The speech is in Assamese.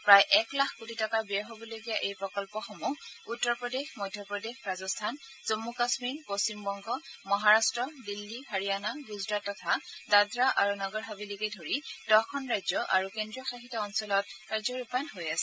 প্ৰায় এক লাখ কোটি টকা ব্যয় হবলগীয়া এই প্ৰকল্পসমূহ উত্তৰ প্ৰদেশ মধ্য প্ৰদেশ ৰাজস্থান জম্ম কাম্মীৰ পশ্চিমবংগ মহাৰাট্ট দিল্লী হাৰিয়াণা গুজৰাট তথা দাদৰা আৰু নগৰ হাৱেলিকে ধৰি দহখন ৰাজ্য আৰু কেন্দ্ৰীয় শাসিত অঞ্চলত কাৰ্য ৰূপায়ণ হৈ আছে